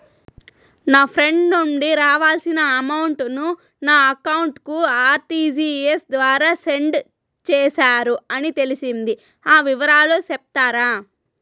నా ఫ్రెండ్ నుండి రావాల్సిన అమౌంట్ ను నా అకౌంట్ కు ఆర్టిజియస్ ద్వారా సెండ్ చేశారు అని తెలిసింది, ఆ వివరాలు సెప్తారా?